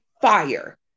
fire